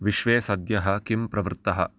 विश्वे सद्यः किं प्रवृत्तः